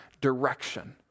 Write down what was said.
direction